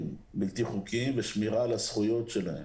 בלתי חוקיים ושמירה על הזכויות שלהם.